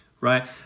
right